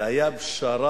זה היה פשרה,